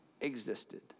existed